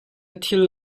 thil